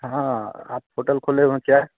हाँ आप होटल खोले हो क्या